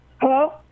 Hello